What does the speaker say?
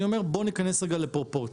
אני אומר בוא ניכנס רגע לפרופורציה.